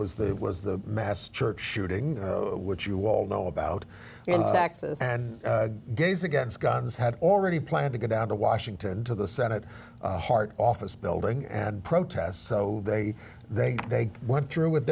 was that was the mass church shooting which you all know about taxes and gays against guns had already planned to go down to washington to the senate hart office building and protest so they they they went through with